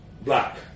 Black